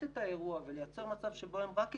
את האירוע ולייצר מצב שבו הן רק ידגמו,